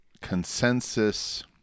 consensus